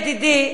ידידי,